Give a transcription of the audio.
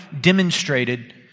demonstrated